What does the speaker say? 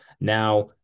Now